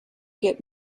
get